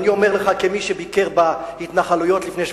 ואני אומר לך כמי שביקר בהתנחלויות לפני שבועיים: